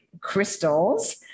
crystals